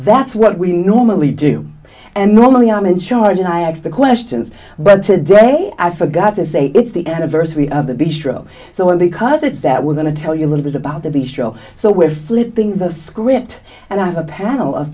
that's what we normally do and normally i'm in charge and i asked the questions but today i forgot to say it's the anniversary of the bistro so well because it's that we're going to tell you a little bit about the b show so we're flipping the script and i have a panel of